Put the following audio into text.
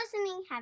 listening